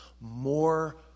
more